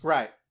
Right